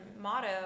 motto